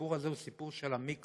הסיפור הזה הוא סיפור של המיקרו,